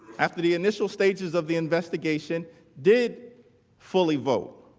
at the the initial stages of the investigation did fully vote